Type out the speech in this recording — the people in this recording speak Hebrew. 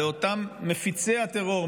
לאותם מפיצי הטרור,